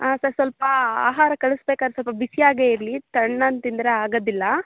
ಆ ಸರ್ ಸ್ವಲ್ಪ ಆಹಾರ ಕಳಿಸ್ಬೇಕಾದರೆ ಸ್ವಲ್ಪ ಬಿಸಿಯಾಗೇ ಇರಲಿ ತಣ್ಣಗೆ ತಿಂದರೆ ಆಗೋದಿಲ್ಲ